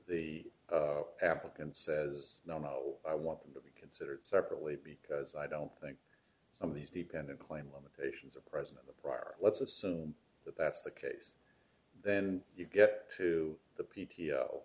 the applicant says no no i want them to be considered separately because i don't think some of these dependent claim limitations are present in the prior let's assume that that's the case then you get to the p